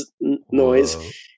noise